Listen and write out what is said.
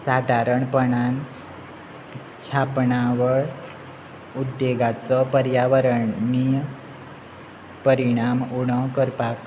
सादारणपणान छापणां वळ उद्देगाचो पर्यावरणीय परिणाम उणो करपाक